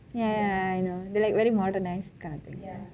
ya I know they are like very modernised kind of people